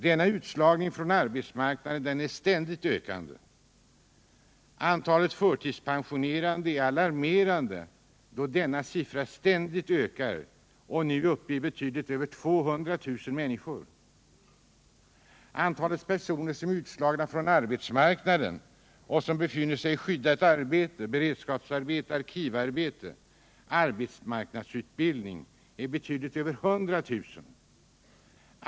Denna utslagning från arbetsmarknaden är ständigt ökande. Antalet förtidspensionerade är alarmerande, då denna siffra ständigt ökar och nu är uppe i betydligt över 200 000 människor. Antalet personer som är utslagna från arbetsmarknaden och som befinner sig i skyddat arbete, beredskapsarbete, arkivarbete och arbetsmarknadsutbildning är betydligt över 100 000.